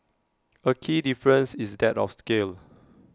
A key difference is that of scale